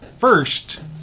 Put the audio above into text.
first